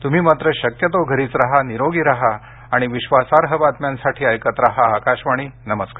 तुम्ही मात्र शक्यतो घरीच राहा निरोगी राहा आणि विश्वासार्ह बातम्यांसाठी ऐकत राहा आकाशवाणी नमस्कार